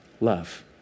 love